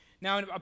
Now